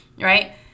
right